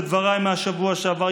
בדבריי מהשבוע שעבר,